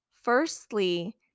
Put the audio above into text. firstly